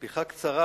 שמיכה קצרה,